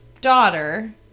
daughter